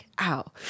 ow